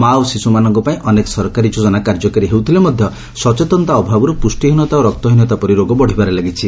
ମା ଓ ଶିଶୁମାନଙ୍କପାଇଁ ଅନେକ ସରକାରୀ ଯୋଜନା କାର୍ଯ୍ୟକାରୀ ହେଉଥଲେ ମଧ୍ଧ ସଚେତନତା ଅଭାବରୁ ପୁଷ୍ଟିହୀନତା ଓ ରକ୍ତହୀନତା ପରି ରୋଗ ବଢ଼ିବାରେ ଲାଗିଛି